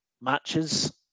matches